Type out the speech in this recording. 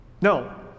No